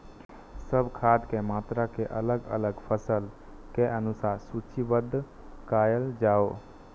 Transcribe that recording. सब खाद के मात्रा के अलग अलग फसल के अनुसार सूचीबद्ध कायल जाओ?